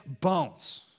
bones